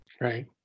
Right